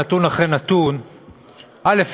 נתון אחרי נתון אחרי נתון, א.